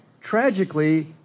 Tragically